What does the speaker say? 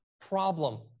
problem